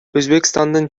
өзбекстандын